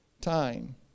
time